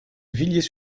villiers